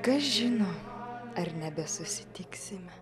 kas žino ar nebesusitiksime